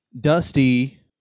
Dusty